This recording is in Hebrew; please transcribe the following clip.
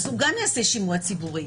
אז הוא גם יעשה שימוע ציבורי.